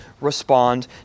respond